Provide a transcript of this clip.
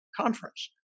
conference